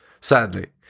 sadly